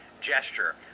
gesture